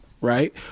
right